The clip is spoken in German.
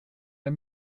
der